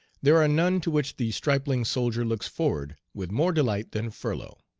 there are none to which the stripling soldier looks forward with more delight than furlough.